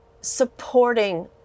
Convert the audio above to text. supporting